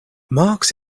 marx